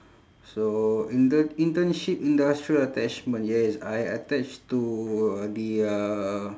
so inte~ internship industrial attachment yes I attached to uh the uh